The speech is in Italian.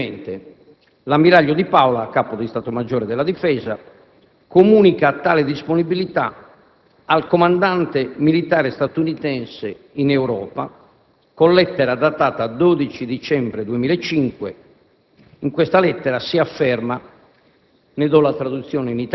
Conseguentemente, l'ammiraglio Di Paola, Capo di Stato maggiore della Difesa, comunica tale disponibilità al Comandante militare statunitense in Europa, con lettera datata 12 dicembre 2005. In quella lettera si afferma,